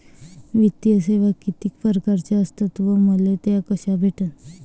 वित्तीय सेवा कितीक परकारच्या असतात व मले त्या कशा भेटन?